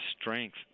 strength